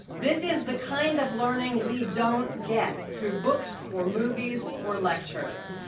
this is the kind of learning we don't get through books or movies or lectures.